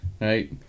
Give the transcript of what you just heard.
Right